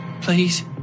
Please